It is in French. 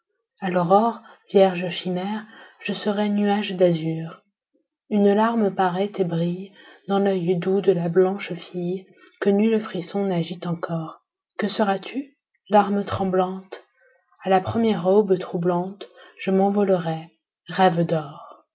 a l'aurore vierge chimère je serai nuage d'azur une larme paraît et brille dans l'oeil doux de la blanche fille que nul frisson n'agite encor que seras-tu larme tremblante a la première aube troublante je m'envolerai rêve d'or